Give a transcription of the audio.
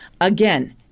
Again